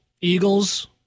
Eagles